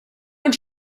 und